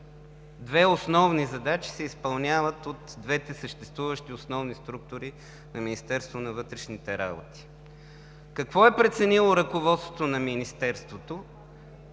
две основни задачи се изпълняват от двете съществуващи основни структури на Министерството на вътрешните работи. Какво е преценило ръководството на Министерството?